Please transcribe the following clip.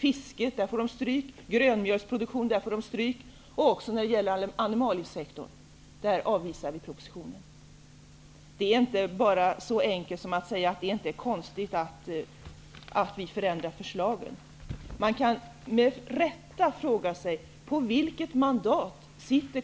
Regeringen får stryk när det gäller fisket, grönmjölsproduktion och även när det gäller animaliesektorn. Där avvisar vi propositionen. Det är inte så enkelt att man bara kan säga att det inte är konstigt att man förändrar förslagen. Man kan med rätta fråga sig på vilket mandat